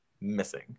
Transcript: missing